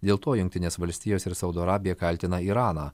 dėl to jungtinės valstijos ir saudo arabija kaltina iraną